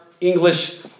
English